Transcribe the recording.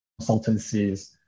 consultancies